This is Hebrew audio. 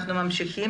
אנחנו ממשיכים,